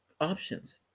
options